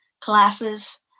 classes